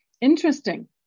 Interesting